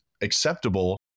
acceptable